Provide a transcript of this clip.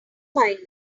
fine